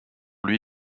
lui